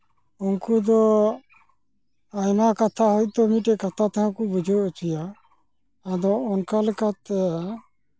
ᱩᱱᱠᱩ ᱫᱚ ᱟᱭᱢᱟ ᱠᱟᱛᱷᱟ ᱦᱳᱭᱛᱳ ᱢᱤᱫᱴᱮᱱ ᱠᱟᱛᱷᱟ ᱛᱮᱦᱚᱸ ᱠᱚ ᱵᱩᱡᱷᱟᱹᱣ ᱦᱚᱪᱚᱭᱟ ᱟᱫᱚ ᱚᱱᱠᱟ ᱞᱮᱠᱟᱛᱮ